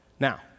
Now